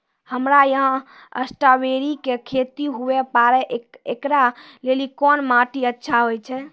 हमरा यहाँ स्ट्राबेरी के खेती हुए पारे, इकरा लेली कोन माटी अच्छा होय छै?